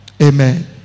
Amen